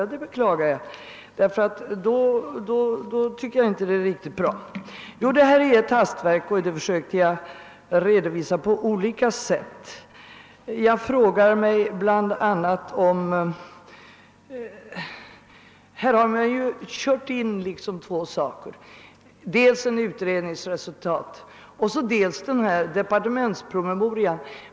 Jag beklagar det; det är ju inte riktigt bra. Förslaget är ett hastverk, och varför jag påstår det försökte jag på olika sätt redovisa. Man har så att säga kört in två saker i förslaget: dels ett utredningsresultat, deis en departementspromemoria.